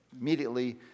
immediately